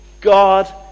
God